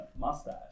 mustache